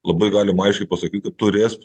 labai galim aiškiai pasakyt kad turės